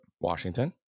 washington